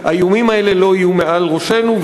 ושהאיומים האלה לא יהיו מעל ראשנו,